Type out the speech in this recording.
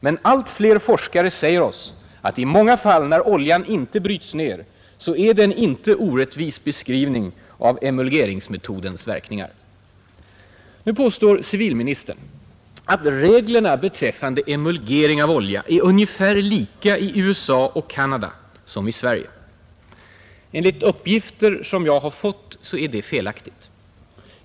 Men allt fler forskare säger oss att i många fall när oljan inte bryts ner är det en inte orättvis beskrivning av emulgeringsmetodens verkningar. Nu påstår civilministern att reglerna beträffande emulgering av olja är ungefär lika i USA, Canada och Sverige. Enligt uppgifter som jag har fått är det felaktigt.